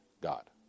God